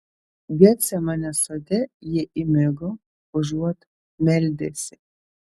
getsemanės sode jie įmigo užuot meldęsi